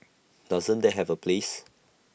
doesn't that have A place